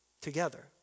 Together